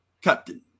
captain